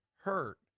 hurt